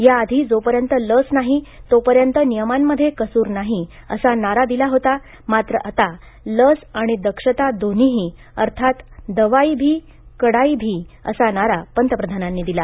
या आधी जोपर्यंत लस नाही तोपर्यंत नियमांमध्ये कसूर नाही असा नारा दिला होता मात्र आता लस आणि दक्षता दोन्हीही अर्थात दवाई भी कडाई भी असा नारा पंतप्रधानांनी दिला